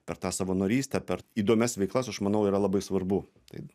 per tą savanorystę per įdomias veiklas aš manau yra labai svarbu tai